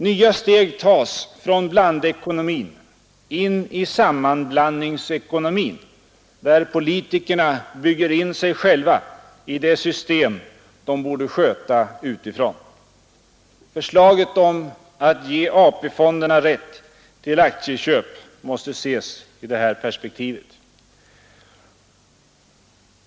Nya steg tas från blandekonomin in i sammanblandningsekonomin, där politikerna bygger in sig själva i det system som de borde sköta utifrån. Förslaget om att ge AP-fonderna rätt till aktieköp måste ses i detta perspektiv.